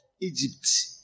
Egypt